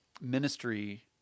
ministry